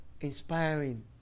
inspiring